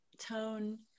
tone